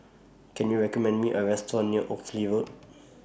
Can YOU recommend Me A Restaurant near Oxley Road